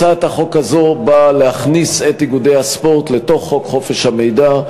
הצעת החוק הזאת באה להכניס את איגודי הספורט לתוך חוק חופש המידע,